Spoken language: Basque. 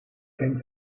ken